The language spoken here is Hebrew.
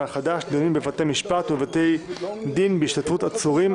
החדש) (דיונים בבתי משפט ובבתי דין בהשתתפות עצורים,